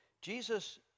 Jesus